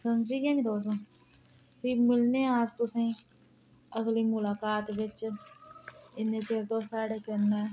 समझी गे नी तुस हून फ्ही मिलने आं अस तुसें अगली मुलाकात बिच्च इन्ने चिर तुस साढ़े कन्नै